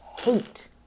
hate